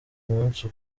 umunsi